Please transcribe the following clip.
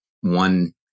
one